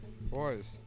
Boys